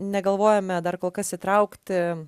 negalvojame dar kol kas įtraukti